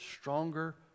stronger